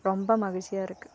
ரொம்ப மகிழ்ச்சியாகருக்கு